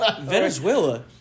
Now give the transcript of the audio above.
Venezuela